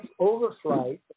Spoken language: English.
overflight